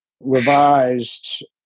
revised